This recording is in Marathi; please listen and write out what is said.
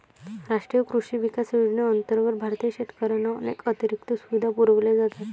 राष्ट्रीय कृषी विकास योजनेअंतर्गत भारतीय शेतकऱ्यांना अनेक अतिरिक्त सुविधा पुरवल्या जातात